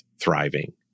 thriving